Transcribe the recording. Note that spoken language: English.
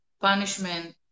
punishment